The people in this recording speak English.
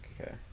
okay